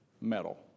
metal